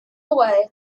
away